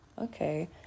Okay